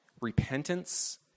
repentance